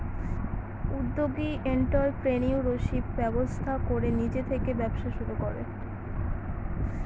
উদ্যোগী এন্ট্ররপ্রেনিউরশিপ ব্যবস্থা করে নিজে থেকে ব্যবসা শুরু করে